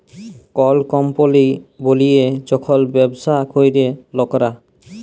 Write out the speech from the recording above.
call কম্পলি বলিয়ে যখল ব্যবসা ক্যরে লকরা